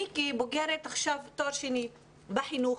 אני כבוגרת תואר שני בחינוך,